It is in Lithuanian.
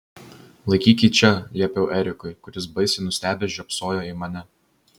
laikyk jį čia liepiau erikui kuris baisiai nustebęs žiopsojo į mane